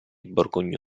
borgognoni